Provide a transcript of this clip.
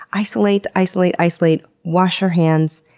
isolate, isolate, isolate, wash your hands,